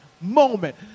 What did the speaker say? moment